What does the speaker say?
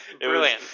Brilliant